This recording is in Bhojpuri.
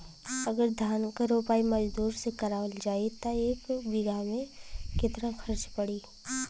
अगर धान क रोपाई मजदूर से करावल जाई त एक बिघा में कितना खर्च पड़ी?